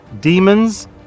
demons